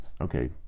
Okay